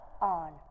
on